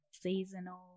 Seasonal